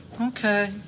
Okay